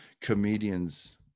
comedians